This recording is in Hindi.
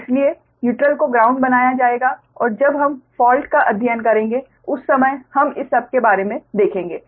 इसलिए न्यूट्रल को ग्राउंड बनाया जाएगा और जब हम फ़ाल्ट का अध्ययन करेंगे उस समय हम इस सब के बारे में देखेंगे